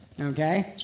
Okay